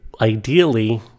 ideally